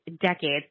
decades